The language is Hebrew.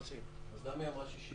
למה היא אמרה 60%?